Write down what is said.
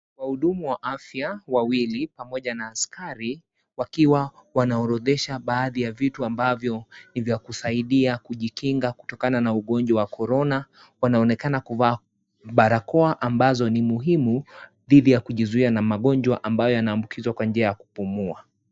Wahudumu wa afya wawili pamoja na askari, wakiwa wanaorodhesha baadhi ya vitu ambavyo ni vya kujisaidia kujikinga kutokana na ugonjwa wa korona. Wanaonekana kuvaa barakoa ambazo ni umuhumu, dhidi ya kujizuia na magonjwa ambayo yanaambukizwa kwa njia ya kupumua.